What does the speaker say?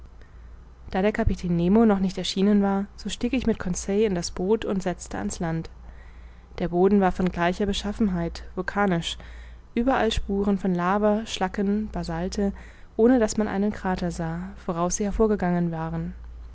da der kapitän nemo noch nicht erschienen war so stieg ich mit conseil in das boot und setzte an's land der boden war von gleicher beschaffenheit vulkanisch überall spuren von lava schlacken basalte ohne daß man einen krater sah woraus sie hervorgegangen waren